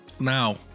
Now